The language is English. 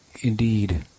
indeed